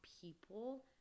people